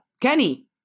Kenny